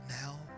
now